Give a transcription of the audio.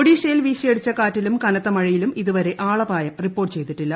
ഒഡീഷയിൽ വീശിയടിച്ച കാറ്റിലും കനത്ത മഴയിലും ഇതുവരെ ആളപായം റിപ്പോർട്ട് ചെയ്തിട്ടില്ല